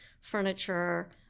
furniture